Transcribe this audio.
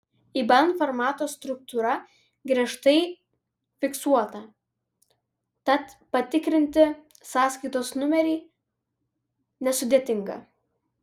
iban formato struktūra griežtai fiksuota tad patikrinti sąskaitos numerį nesudėtinga